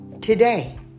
today